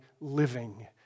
living